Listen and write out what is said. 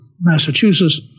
Massachusetts